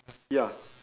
ya